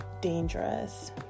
dangerous